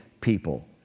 people